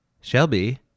shelby